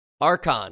Archon